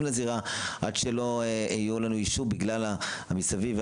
לזירה עד שלא יהיה לנו אישור בגלל המסביב.